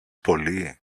πολύ